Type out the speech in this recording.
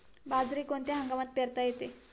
बाजरी कोणत्या हंगामात पेरता येते?